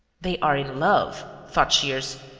they are in love, thought shears.